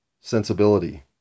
sensibility